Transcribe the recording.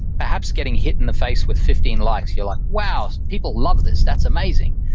perhaps getting hit in the face with fifteen likes you're like, wow, people love this. that's amazing.